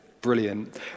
Brilliant